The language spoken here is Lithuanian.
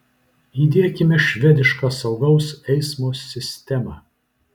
įdiekime švedišką saugaus eismo sistemą